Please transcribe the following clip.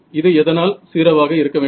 இது எதனால் 0 ஆக இருக்க வேண்டும்